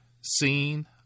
seen